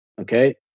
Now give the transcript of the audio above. Okay